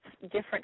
different